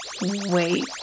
Wait